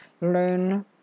learn